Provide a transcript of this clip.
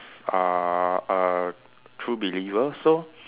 are err true believers so